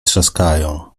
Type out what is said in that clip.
trzaskają